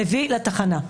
מביאה אותו לתחנה.